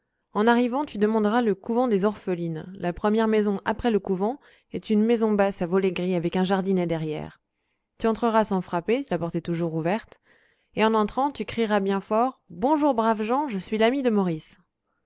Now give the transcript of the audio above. en arrivant tu demanderas le couvent des orphelines la première maison après le couvent est une maison basse à volets gris avec un jardinet derrière tu entreras sans frapper la porte est toujours ouverte et en entrant tu crieras bien fort bonjour braves gens je suis l'ami de maurice